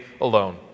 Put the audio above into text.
alone